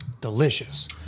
Delicious